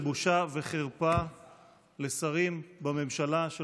משה אבוטבול (ש"ס): 5 ינון אזולאי (ש"ס): 7